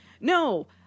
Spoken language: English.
no